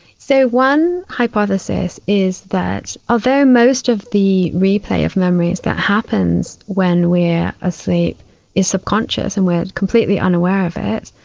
so one hypothesis is that although most of the replay of memories that happens when we are ah sleep is subconscious and we are completely unaware of it,